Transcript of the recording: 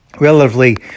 relatively